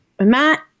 Matt